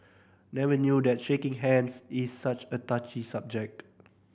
never knew that shaking hands is such a touchy subject